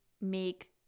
make